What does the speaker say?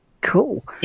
Cool